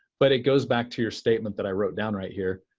but it goes back to your statement that i wrote down right here.